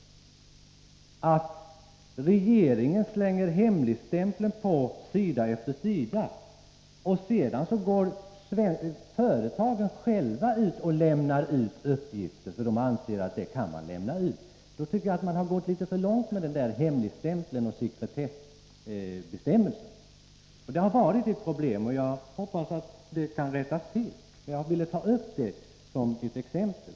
Men när regeringen sätter hemligstämpel på sida efter sida och företagen sedan själva lämnar ut uppgifter — eftersom de anser att det går att göra så — tycker jag att regeringen har gått för långt med hemligstämplandet. Det här har varit ett problem, men jag hoppas att det kan rättas till. Jag ville ta upp det som ett exempel.